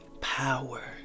power